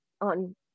on